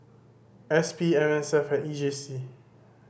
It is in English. S P M S F E J C